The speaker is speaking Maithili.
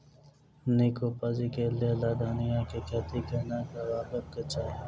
नीक उपज केँ लेल धनिया केँ खेती कोना करबाक चाहि?